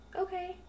okay